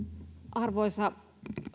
arvoisa